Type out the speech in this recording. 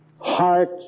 heart